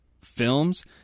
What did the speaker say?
films